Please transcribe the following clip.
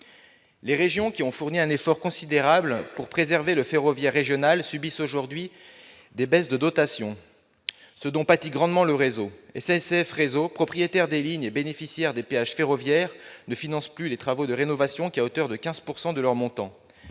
Les régions, qui ont fourni un effort considérable pour préserver le ferroviaire régional, subissent aujourd'hui des baisses de dotations, ce dont pâtit grandement le réseau. SNCF Réseau, propriétaire des lignes et bénéficiaire des péages ferroviaires, ne finance plus les travaux de rénovation qu'à hauteur de 15 % de leur montant.